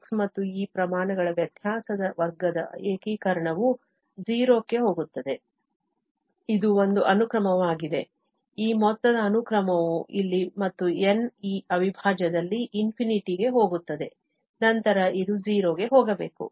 f ಮತ್ತು ಈ ಪ್ರಮಾಣಗಳ ವ್ಯತ್ಯಾಸದ ವರ್ಗದ ಏಕೀಕರಣವು 0 ಕ್ಕೆ ಹೋಗುತ್ತದೆ ಇದು ಒಂದು ಅನುಕ್ರಮವಾಗಿದೆ ಈ ಮೊತ್ತದ ಅನುಕ್ರಮವು ಇಲ್ಲಿ ಮತ್ತು n ಈ ಅವಿಭಾಜ್ಯದಲ್ಲಿ ∞ ಗೆ ಹೋಗುತ್ತದೆ ನಂತರ ಇದು 0 ಗೆ ಹೋಗಬೇಕು